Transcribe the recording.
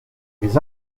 les